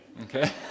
Okay